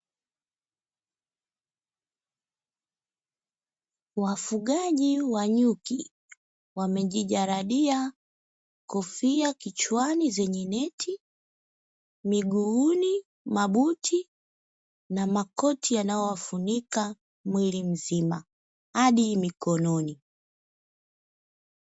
Wafugaji wa nyuki wamejijaladia Kofia kichwani zenye ne, miguuni mabuti na makoti yanayowafunika mwili mzima adi mikononi.